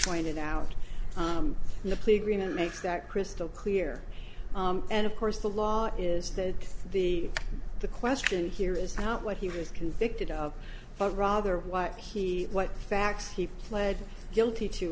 the plea agreement makes that crystal clear and of course the law is that the the question here is out what he was convicted of but rather what he what facts he pled guilty to